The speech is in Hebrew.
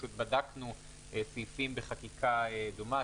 פשוט בדקנו סעיפים בחקיקה דומה.